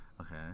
Okay